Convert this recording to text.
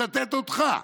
מצטט אותך.